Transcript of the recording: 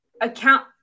account